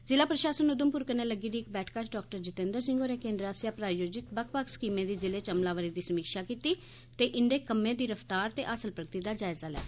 ज़िला प्रशासन उधमपुर कन्नै लग्गी दी इक बैठका च डॉ जितेन्द्र सिंह होरें केन्द्र आस्सेआ प्रायोजित बक्ख बक्ख स्कीमें दी ज़िले च अमलावरी दी समीक्षा कीती ते इंदे कम्मै दी रफ्तार ते हासल प्रगति दा जायजा लैता